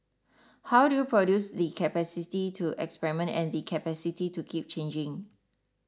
how do you produce the capacity to experiment and the capacity to keep changing